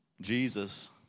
Jesus